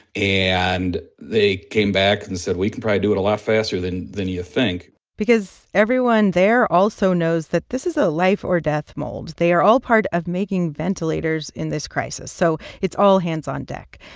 and they came back and said, we can probably do it a lot faster than than you think because everyone there also knows that this is a life-or-death mold. they are all part of making ventilators in this crisis, so it's all hands on deck.